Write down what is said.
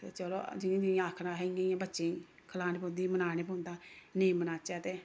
ते चलो जि'यां जि'यां आखन अहें इ'यां इ'यां बच्चें ई खलाने पौंदी मनाने पौंदा नेईं मनाचै ते